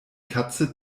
katze